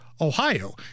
Ohio